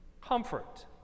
Comfort